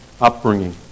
upbringing